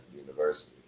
University